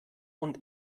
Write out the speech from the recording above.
und